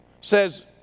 says